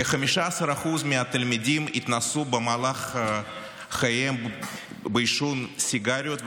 כ-15% מהתלמידים התנסו במהלך חייהם בעישון סיגריות,